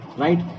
right